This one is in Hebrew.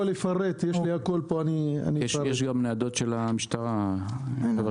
יש גם ניידות של המשטרה לרכב כבד,